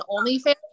OnlyFans